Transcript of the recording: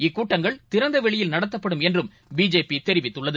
இக்கூட்டங்கள் திறந்தவெளியில் நடத்தப்படும் என்றும் பிஜேபிதெரிவித்துள்ளது